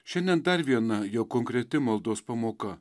šiandien dar viena jo konkreti maldos pamoka